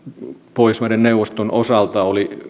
pohjoismaiden neuvoston osalta oli